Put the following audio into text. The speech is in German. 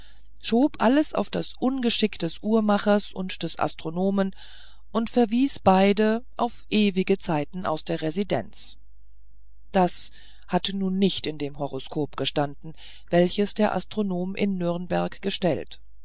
schob alles auf das ungeschick des uhrmachers und des astronomen und verwies beide auf ewige zeiten aus der residenz das hatte nun nicht in dem horoskop gestanden welches der astronom in nürnberg gestellt